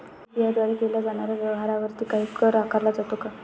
UPI द्वारे केल्या जाणाऱ्या व्यवहारावरती काही कर आकारला जातो का?